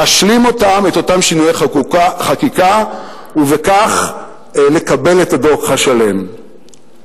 להשלים את שינויי החקיקה, ובכך לקבל את הדוח השלם.